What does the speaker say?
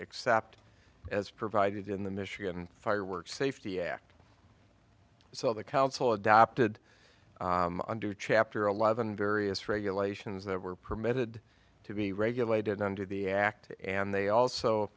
except as provided in the michigan fireworks safety act so the council adopted under chapter eleven various regulations that were permitted to be regulated under the act and they also